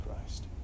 Christ